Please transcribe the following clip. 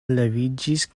leviĝis